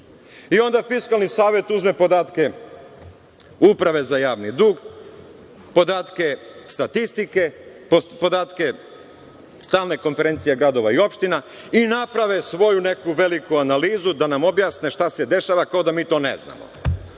I onda Fiskalni savet uzme podatke Uprave za javni dug, podatke statistike, podatke Stalne konferencije gradova i opština i naprave svoju neku veliku analizu da nam objasne šta se dešava, ko da mi to ne znamo.